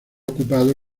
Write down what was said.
ocupado